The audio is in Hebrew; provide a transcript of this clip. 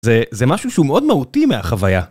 זה... זה משהו שהוא מאוד מהותי מהחוויה